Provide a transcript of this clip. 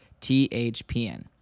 THPN